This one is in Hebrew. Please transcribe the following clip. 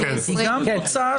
זה גם תוצאה של הרכב הממשלה.